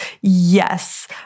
Yes